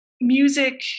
music